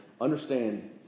understand